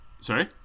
Sorry